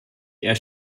eher